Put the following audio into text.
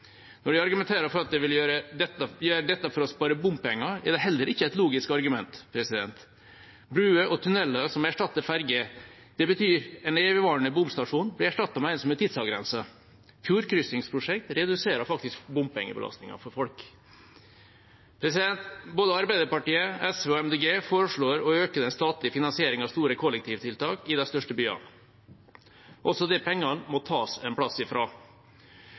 Når de argumenterer med at de vil gjøre dette for å spare bompenger, er det heller ikke et logisk argument. Broer og tunneler som erstatter ferger, betyr at en evigvarende bomstasjon blir erstattet av en som er tidsavgrenset. Fjordkryssingsprosjekter reduserer faktisk bompengebelastningen for folk. Både Arbeiderpartiet, SV og Miljøpartiet De Grønne foreslår å øke den statlige finansieringen av store kollektivtiltak i de største byene. Også disse pengene må tas fra en plass.